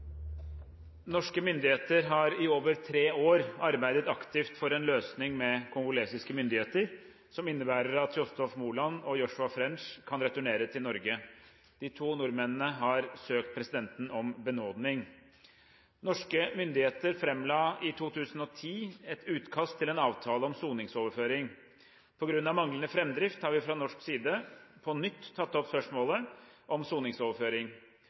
Norske myndigheter har i over tre år arbeidet aktivt for en løsning med kongolesiske myndigheter som innebærer at Tjostolv Moland og Joshua French kan returnere til Norge. De to nordmennene har søkt presidenten om benådning. Norske myndigheter framla i 2010 et utkast til en avtale om soningsoverføring. På grunn av manglende framdrift har vi fra norsk side på nytt tatt opp spørsmålet om soningsoverføring.